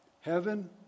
heaven